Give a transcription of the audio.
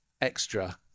extra